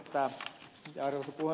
arvoisa puhemies